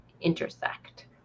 intersect